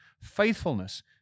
faithfulness